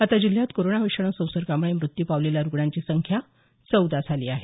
आता जिल्हयात कोरोनाविषाणू संसर्गामुळे मृत्यू पावलेल्या रुग्णांची संख्या चौदा झाली आहे